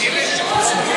אלה שאתה הוצאת,